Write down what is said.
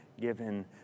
given